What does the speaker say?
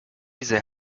diese